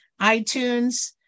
iTunes